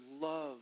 love